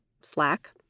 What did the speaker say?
Slack